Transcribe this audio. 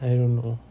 I don't know